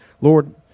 Lord